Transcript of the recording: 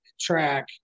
track